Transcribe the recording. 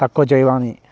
తక్కువ చేయకు